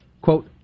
quote